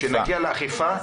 עידן, כשנגיע לאכיפה, יש סעיפים?